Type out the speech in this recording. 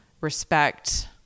respect